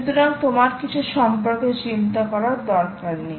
সুতরাং তোমার কিছু সম্পর্কে চিন্তা করার দরকার নেই